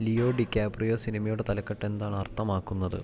Leo DiCaprio സിനിമയുടെ തലക്കെട്ടെന്താണർത്ഥമാക്കുന്നത്